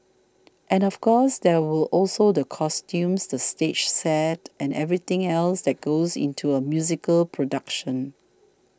and of course there were also the costumes the stage sets and everything else that goes into a musical production